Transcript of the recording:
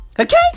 Okay